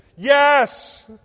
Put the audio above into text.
Yes